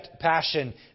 passion